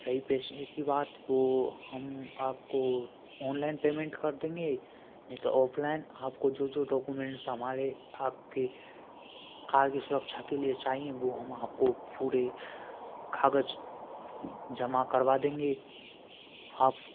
रही पैसों की बात वह हम आपको ऑनलाइन पेमेंट कर देगें नहीं तो ऑफलाइन आपको जो जो डॉक्यूमेंट हमारे आपके कार के सुरक्षा के लिए चाहिए वह हम आपको पूरे कागज़ जमा करवा देगें आप